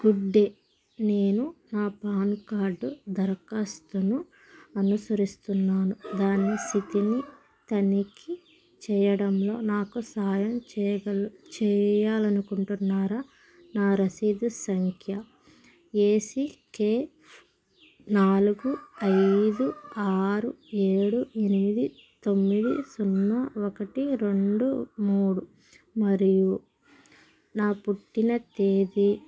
good day నేను నా PAN card దరఖాస్తును అనుసరిస్తున్నాను దాని స్థితిని తనిఖీ చేయడంలో నాకు సహాయం చేయగల్ చేయాలి అనుకుంటున్నారా నా రసీదు సంఖ్య ఏసీకే నాలుగు ఐదు ఆరు ఏడు ఎనిమిది తొమ్మిది సున్నా ఒకటి రెండు మూడు మరియు నా పుట్టిన తేదీ